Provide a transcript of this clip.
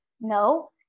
no